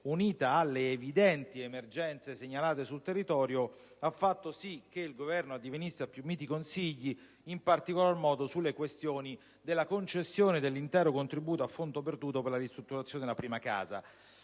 insieme alle evidenti emergenze segnalate sul territorio, ha fatto sì che il Governo addivenisse a più miti consigli, in particolar modo sulle questioni della concessione dell'intero contributo a fondo perduto per la ristrutturazione della prima casa.